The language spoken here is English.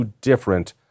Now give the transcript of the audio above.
different